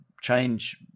change